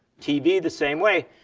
tv the same way.